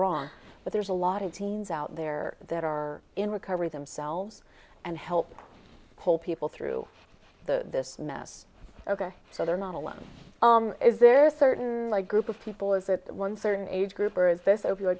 wrong but there's a lot of teens out there that are in recovery themselves and help pull people through the this mess ok so they're not alone is there a certain group of people is it one certain age group or is this o